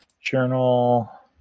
journal